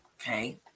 Okay